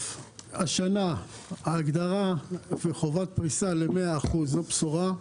השנה ההגדרה וחובת פריסה למאה אחוז זאת בשורה.